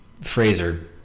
fraser